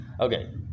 Okay